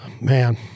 Man